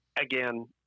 again